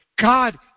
God